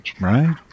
right